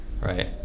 right